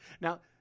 Now